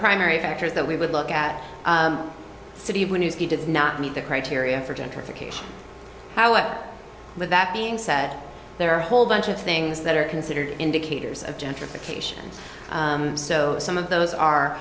primary factors that we would look at city when he does not meet the criteria for gentrification however with that being said there are a whole bunch of things that are considered indicators of gentrification so some of those are